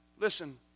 Listen